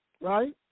right